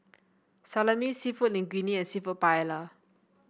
Salami seafood Linguine and seafood Paella